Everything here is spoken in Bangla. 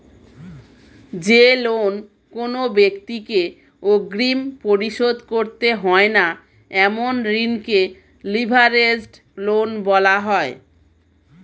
যে লোন কোনো ব্যাক্তিকে অগ্রিম পরিশোধ করতে হয় না এমন ঋণকে লিভারেজড লোন বলা হয়